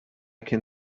can